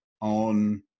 on